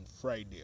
Friday